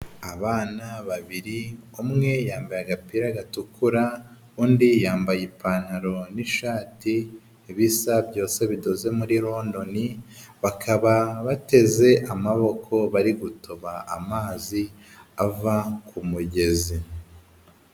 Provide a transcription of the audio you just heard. Abana babiri umwe yambaye agapira gatukura undi yambaye ipantaro n'ishati bisa byose bidoze muri londoni bakaba bateze amaboko bari gutoba amazi ava ku mugezi.